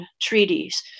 treaties